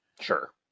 Sure